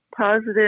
positive